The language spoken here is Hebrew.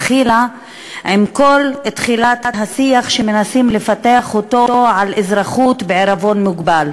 התחיל עם כל תחילת השיח שמנסים לפתח על אזרחות בעירבון מוגבל,